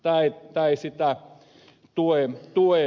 tämä ei sitä tue